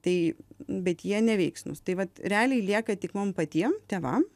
tai bet jie neveiksnūs tai vat realiai lieka tik mum patiem tėvam